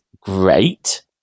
great